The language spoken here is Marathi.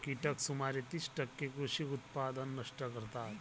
कीटक सुमारे तीस टक्के कृषी उत्पादन नष्ट करतात